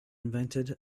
invented